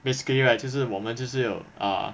basically right 就是我们就是有 ah